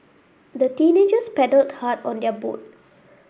the teenagers paddled hard on their boat